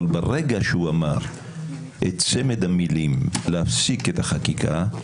ברגע שהוא אמר את צמד המילים להפסיק את החקיקה,